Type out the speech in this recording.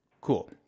Cool